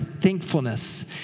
thankfulness